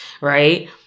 right